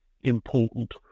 important